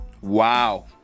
wow